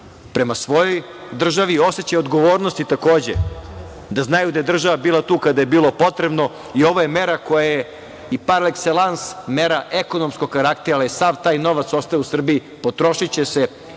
prema svojoj državi i osećaj odgovornosti takođe, da znaju da je država bila tu kada je bilo potrebno. Ovo je mera koja je i par ekselans mera ekonomskog karaktera, jer sav taj novac ostaje u Srbiji, potrošiće se